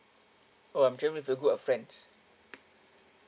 oh I'm travelling with a group of friends